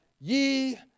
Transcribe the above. ye